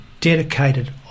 dedicated